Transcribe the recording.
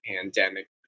pandemic